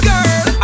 Girl